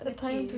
a cave